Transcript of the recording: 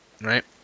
right